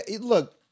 Look